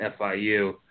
FIU